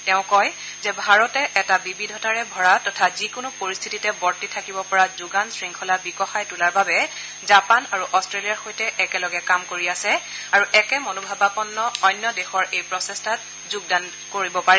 তেওঁ কয় যে ভাৰতে এটা বিবিধতাৰে ভৰা তথা যিকোনো পৰিস্থিতিতে বৰ্তি থাকিব পৰা যোগান শংখলা বিকশাই তোলাৰ বাবে জাপান আৰু অট্টেলিয়াৰ সৈতে একেলগে কাম কৰি আছে আৰু একে মনোভাৱাপন্ন অন্য দেশৰ এই প্ৰচেষ্টাত যোগদান কৰিব পাৰে